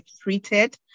treated